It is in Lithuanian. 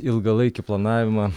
ilgalaikį planavimą